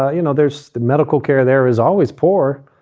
ah you know, there's the medical care, there is always poor.